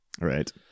right